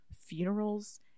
funerals